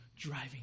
Driving